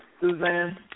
Suzanne